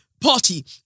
Party